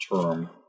term